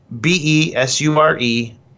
B-E-S-U-R-E